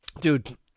Dude